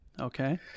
Okay